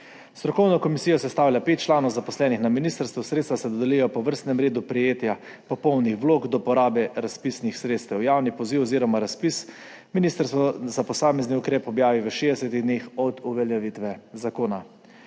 Strokovno komisijo sestavlja pet članov, zaposlenih na ministrstvu. Sredstva se dodelijo po vrstnem redu prejetja popolnih vlog do porabe razpisnih sredstev. Javni poziv oziroma razpis ministrstvo za posamezni ukrep objavi v 60 dneh od uveljavitve zakona.